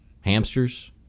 hamsters